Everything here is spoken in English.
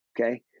okay